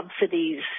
subsidies